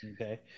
Okay